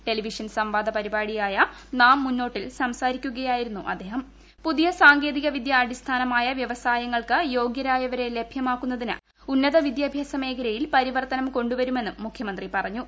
television സംവാദ പ്പരിപാടിയായ മുന്നോട്ടിൽ സംസാരിക്കുകയായിരുന്നു അടിസ്ഥാനമായ വ്യവസ്മൃങ്ങൾക്ക് യോഗ്യരായവരെ ലഭ്യമാക്കുന്നതിന് ഉന്നതവിദ്യാഭ്യാസ മേഖലയിൽ പരിവർത്തനം കൊണ്ടുവരുമെന്നും മുഖ്യമന്ത്രി പറഞ്ഞു